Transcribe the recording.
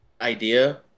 idea